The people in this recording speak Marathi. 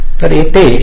तर येथे ते 1